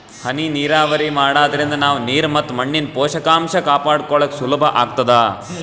ಹನಿ ನೀರಾವರಿ ಮಾಡಾದ್ರಿಂದ ನಾವ್ ನೀರ್ ಮತ್ ಮಣ್ಣಿನ್ ಪೋಷಕಾಂಷ ಕಾಪಾಡ್ಕೋಳಕ್ ಸುಲಭ್ ಆಗ್ತದಾ